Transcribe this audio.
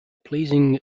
pleasing